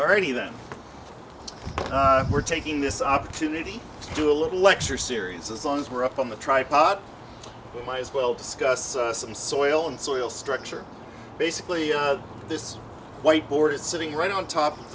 all righty then we're taking this opportunity to do a little lecture series as long as we're up on the tripod might as well discuss some soil and soil structure basically this white board is sitting right on top of